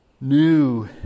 new